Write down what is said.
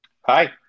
hi